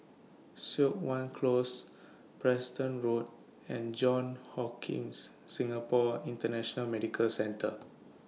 Siok Wan Close Preston Road and Johns Hopkins Singapore International Medical Centre